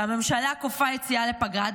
שהממשלה כופה יציאה לפגרה,